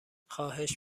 خواهش